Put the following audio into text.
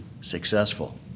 successful